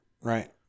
right